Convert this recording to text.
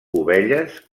ovelles